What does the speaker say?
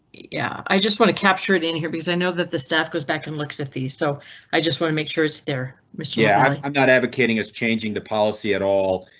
yeah, i just want to capture it in here because i know that the staff goes back and looks at these. so i just want to make sure it's there. miss you. yeah i'm not advocating it's changing the policy at all,